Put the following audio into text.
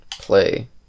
play